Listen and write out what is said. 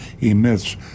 emits